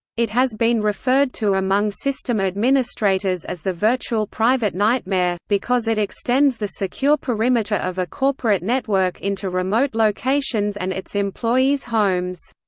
it has been referred to among system administrators as the virtual private nightmare, because it extends the secure perimeter of a corporate network into remote locations and its employees' homes.